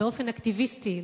באופן אקטיביסטי,